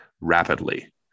rapidly